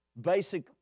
basic